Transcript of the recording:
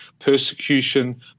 persecution